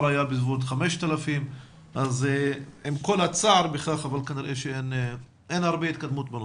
היה בסביבות 5,000. עם כל הצער בכך אבל כנראה שאין הרבה התקדמות בנושא.